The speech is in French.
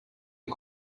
les